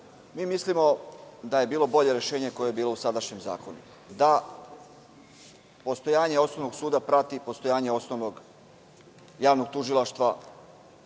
mi mislimo da je bilo bolje rešenje koje je bilo u sadašnjem zakonu, da postojanje osnovnog suda prati postojanje osnovnog javnog tužilaštva